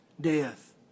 death